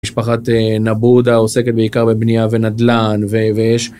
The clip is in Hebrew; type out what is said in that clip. משפחת נבודה עוסקת בעיקר בבנייה ונדלן ויש...